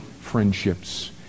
friendships